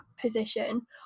position